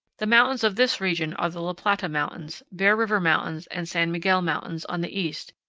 the mountains of this region are the la plata mountains, bear river mountains, and san miguel mountains on the east,